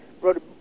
wrote